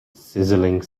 sizzling